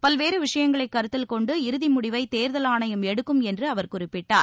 பல்வேறு விஷயங்களை கருத்தில் கொண்டு இறுதி முடிவை தேர்தல் ஆணையம் எடுக்கும் என்று அவர் குறிப்பிட்டார்